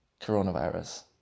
coronavirus